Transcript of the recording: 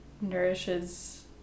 nourishes